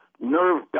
nerve